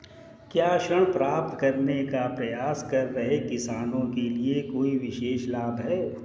क्या ऋण प्राप्त करने का प्रयास कर रहे किसानों के लिए कोई विशेष लाभ हैं?